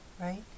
right